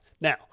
Now